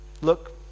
look